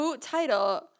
title